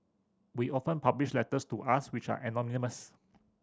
we often publish letters to us which are anonymous